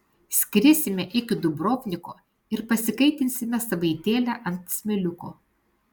skrisime iki dubrovniko ir pasikaitinsime savaitėlę ant smėliuko